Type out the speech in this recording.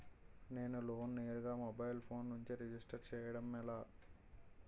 నేను లోన్ నేరుగా mobile phone నుంచి రిజిస్టర్ చేయండి ఎలా?